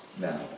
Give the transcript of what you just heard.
now